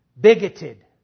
bigoted